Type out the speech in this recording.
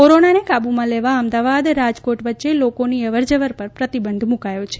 કોરોનાને કાબૂમા લેવા અમદાવાદ રાજકોટ વચ્ચે લોકોની અવર જવર પર પ્રતિબંધ મૂકાયો છે